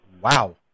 Wow